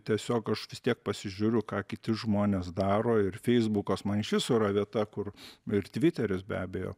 tiesiog aš vis tiek pasižiūriu ką kiti žmonės daro ir feisbukas man iš viso yra vieta kur ir tviteris be abejo